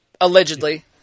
Allegedly